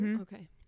okay